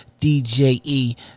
dje